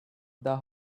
the